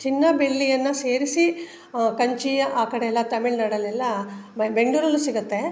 ಚಿನ್ನ ಬೆಳ್ಳಿಯನ್ನು ಸೇರಿಸಿ ಕಂಚಿ ಆ ಕಡೆಯಲ್ಲ ತಮಿಳ್ನಾಡಲ್ಲೆಲ್ಲ ಬೆಂಗಳೂರಲ್ಲೂ ಸಿಗುತ್ತೆ